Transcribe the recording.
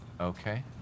Okay